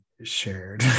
shared